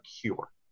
cure